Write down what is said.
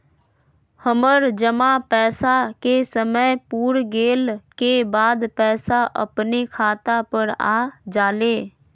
हमर जमा पैसा के समय पुर गेल के बाद पैसा अपने खाता पर आ जाले?